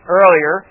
earlier